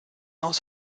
aus